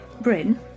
Bryn